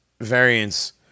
variants